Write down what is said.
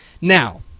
Now